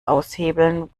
aushebeln